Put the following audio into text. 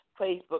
Facebook